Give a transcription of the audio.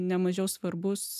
ne mažiau svarbus